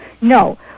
No